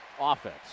offense